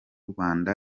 rwanda